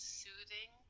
soothing